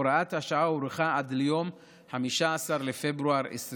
הוראת השעה הוארכה עד ליום 15 בפברואר 2023,